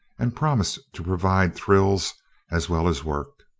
and promised to provide thrills as well as work.